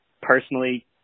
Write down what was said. personally